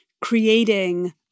creating